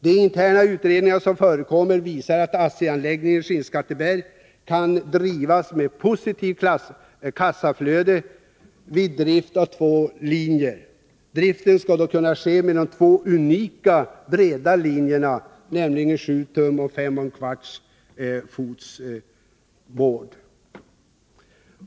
De interna utredningar som förekommit visar att ASSI:s anläggning i Skinnskatteberg kan drivas med positivt kassaflöde vid drift av 2 linjer. Driften skall då ske vid de två unika breda linjerna .